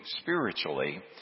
spiritually